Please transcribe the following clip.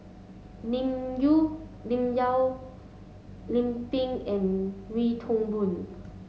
Lim Lim Yau Lim Pin and Wee Toon Boon